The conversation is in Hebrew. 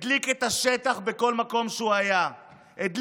הדליק את השטח בכל מקום שהוא היה בו,